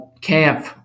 camp